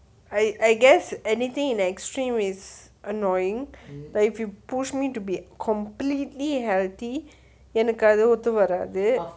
I I guess anything in the extreme is annoying but if you push me to be completely healthy எனக்கு அது ஒத்து வராது:enakku athu otthu varaathu